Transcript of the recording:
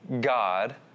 God